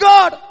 God